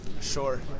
Sure